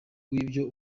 w’ibyo